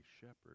shepherd